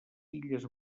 illes